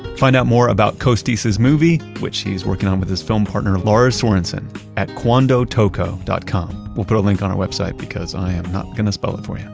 find out more about costis's movie which he's working on with his film partner lars sorensen at cuandotoco dot com. we'll put a link up on our website because i am not going to spell it for you.